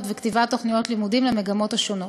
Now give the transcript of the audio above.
וכתיבת תוכניות לימודים למגמות השונות.